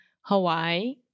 Hawaii